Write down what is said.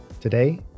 Today